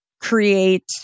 create